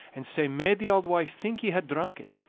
and sae made the auld wife think he had drunk it.